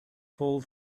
fall